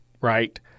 right